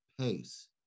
pace